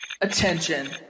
Attention